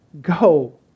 go